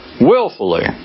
willfully